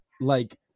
like-